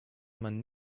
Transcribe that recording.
man